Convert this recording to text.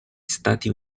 stati